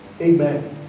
Amen